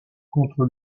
contre